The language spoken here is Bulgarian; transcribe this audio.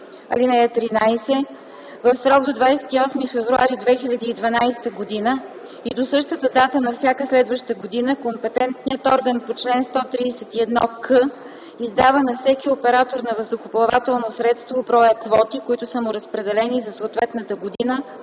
година. (13) В срок до 28 февруари 2012 г. и до същата дата на всяка следваща година компетентният орган по чл.131к издава на всеки оператор на въздухоплавателно средство броя квоти, които са му разпределени за съответната година